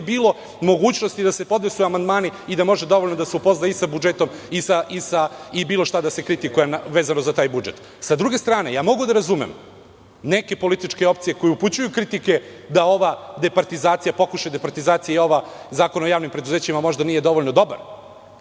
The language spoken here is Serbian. bilo mogućnosti da se podnesu amandmani i da može dovoljno da se upozna i sa budžetom i bilo šta da se kritikuje vezano za taj budžet. Sa druge strane, ja mogu da razumem neke političke opcije koje upućuju kritike da ovaj pokušaj departizacije, i da Zakon o javnim preduzećima nije možda dovoljno dobar,